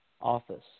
office